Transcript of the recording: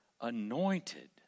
anointed